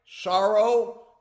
sorrow